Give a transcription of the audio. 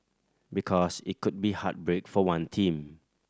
because it could be heartbreak for one team